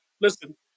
Listen